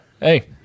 Hey